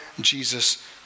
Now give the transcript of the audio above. Jesus